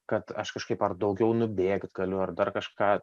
kad aš kažkaip ar daugiau nubėgt galiu ar dar kažką